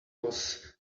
was